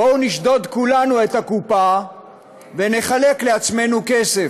בואו נשדוד כולנו את הקופה ונחלק לעצמנו כסף.